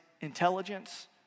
intelligence